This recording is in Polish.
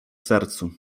sercu